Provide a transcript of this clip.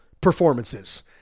performances